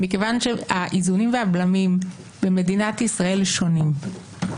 מכיוון שהאיזונים והבלמים במדינת ישראל שונים.